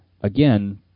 again